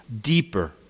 deeper